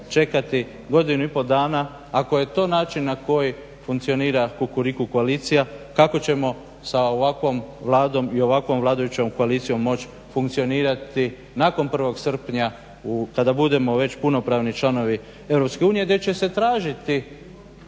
čekati godinu i pol dana, ako je to način na koji funkcionira Kukuriku koalicija kako ćemo sa ovakvom Vladom i ovakvom vladajućom koalicijom moći funkcionirati nakon 1. srpnja kada budemo već punopravni članovi EU gdje će se tražiti